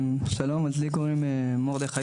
שלום, אני